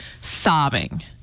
sobbing